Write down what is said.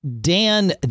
Dan